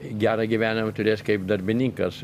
gerą gyvenimą turėjęs kaip darbininkas